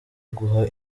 guha